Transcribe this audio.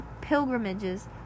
pilgrimages